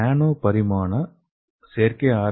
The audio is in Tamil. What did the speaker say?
நானோ பரிமாண செயற்கை ஆர்